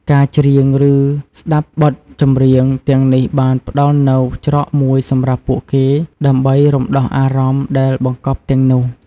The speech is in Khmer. ការច្រៀង ឬស្តាប់បទចម្រៀងទាំងនេះបានផ្តល់នូវ ច្រកមួយ សម្រាប់ពួកគេដើម្បីរំដោះអារម្មណ៍ដែលបង្កប់ទាំងនោះ។